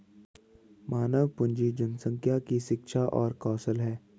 मानव पूंजी जनसंख्या की शिक्षा और कौशल है